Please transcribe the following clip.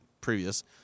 previous